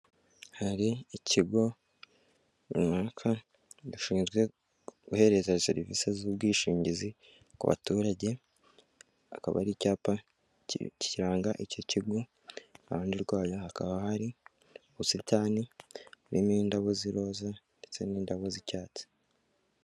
Hari ikigo runaka gishinzwe guhereza serivise z'ubwishingizi ku baturage, akaba ari icyapa kiranga icyi kigo, iruhande rwayo hakaba hari ubusitani burimo indabo z'iroza ndetse n'indabo z'icyatsi.